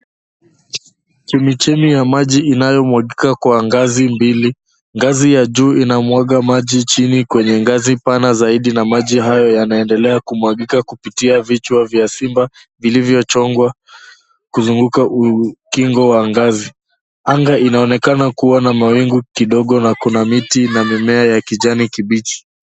Chemichemi ya maji inayomwagika kwa ngazi mbili. Ngazi ya juu inamwaga maji chini kwenye ngazi pana zaidi na maji hayo yanaendelea kumwagika kupitia vichwa vya simba vilivyochongwa kuzunguka ukingo wa ngazi. Anga inaonekana kuwa na mawingu kidogo na kuna miti na mimea ya kijani kibichi.